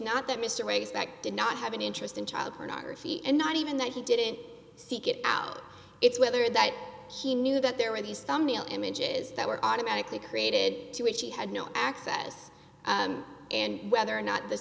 ray's that did not have an interest in child pornography and not even that he didn't seek it out it's whether that he knew that there were these thumbnail images that were automatically created to which he had no access and whether or not the